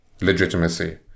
legitimacy